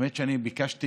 האמת שאני ביקשתי,